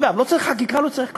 אגב, לא צריך חקיקה, לא צריך כלום,